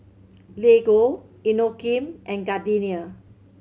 Lego Inokim and Gardenia